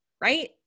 right